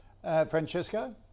Francesco